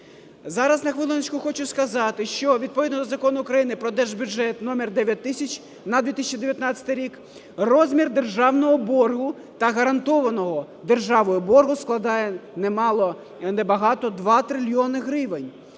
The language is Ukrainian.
Зараз, на хвилиночку, хочу сказати, що відповідно до Закону України про держбюджет № 9000 на 2019 рік розмір державного боргу та гарантованого державою боргу складає, не мало і не багато, 2 трильйони гривень